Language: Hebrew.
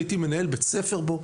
ניהלתי בית ספר בו,